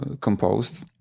composed